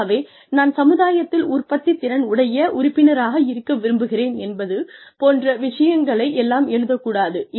ஆகவே நான் சமுதாயத்தில் உற்பத்தித்திறன் உடைய உறுப்பினராக இருக்க விரும்புகிறேன் என்பது போன்ற விஷயங்களை எல்லாம் எழுதக் கூடாது